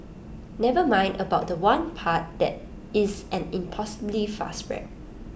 never mind about The One part that is an impossibly fast rap